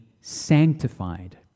sanctified